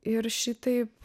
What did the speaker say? ir šitaip